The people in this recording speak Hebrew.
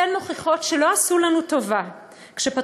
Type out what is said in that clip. אתן מוכיחות שלא עשו לנו טובה כשפתחו